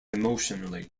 emotionally